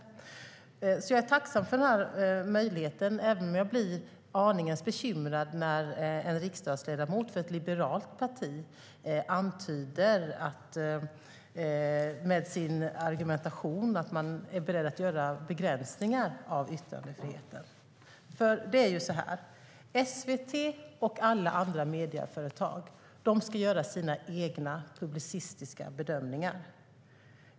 Jag är alltså tacksam för den här möjligheten, även om jag blir aningen bekymrad när en riksdagsledamot för ett liberalt parti med sin argumentation antyder att man är beredd att göra begränsningar av yttrandefriheten. Det är ju så här. SVT och alla andra medieföretag ska göra sina egna, publicistiska bedömningar.